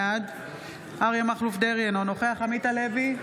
בעד אריה מכלוף דרעי, אינו נוכח עמית הלוי,